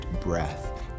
breath